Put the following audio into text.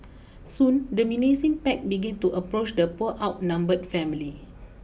soon the menacing pack began to approach the poor outnumbered family